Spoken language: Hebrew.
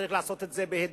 צריך לעשות את זה בהידברות.